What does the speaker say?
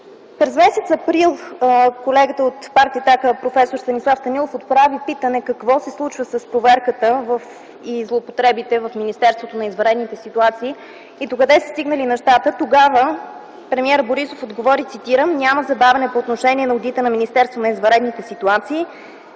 През м. април колегата от Партия „Атака” проф. Станислав Станилов отправи питане: какво се случва с проверката и злоупотребите в Министерството на извънредните ситуации и докъде са стигнали нещата? Тогава премиерът Борисов отговори, цитирам: „Няма забавяне по отношение на одита на Министерството на извънредните ситуации.